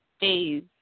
days